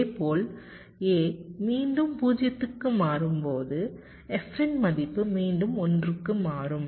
இதேபோல் A மீண்டும் 0 க்கு மாறும்போது f இன் மதிப்பு மீண்டும் 1 க்கு மாறும்